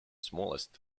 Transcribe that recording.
smallest